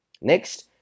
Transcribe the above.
Next